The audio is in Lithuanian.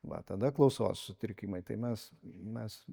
va tada klausos sutrikimai tai mes mes